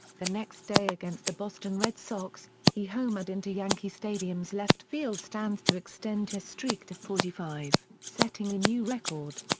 the next day against the boston red sox, he homered into yankee stadium's left field stands to extend his streak to forty five, setting a new record.